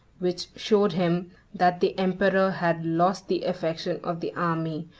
which showed him that the emperor had lost the affection of the army,